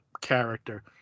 character